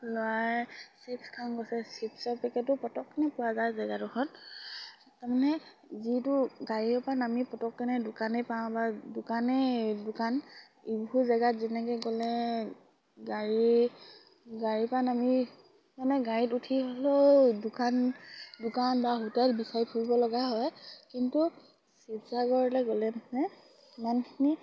লৰাই চিপছ খাওঁ কৈছে চিপছৰ পেকেটো পতকনে পোৱা যায় জেগাডোখৰত তাৰমানে যিটো গাড়ীৰৰ পৰা নামি পতকনে দোকানেই পাওঁ বা দোকানেই দোকান এইবোৰ জেগাত যেনেকে গ'লে গাড়ী গাড়ীৰ পৰা নামি মানে গাড়ীত উঠি হ'লেও দোকান দোকান বা হোটেল বিচাৰি ফুৰিব লগা হয় কিন্তু ছিৱসাগৰলে গ'লে মানে ইমানখিনি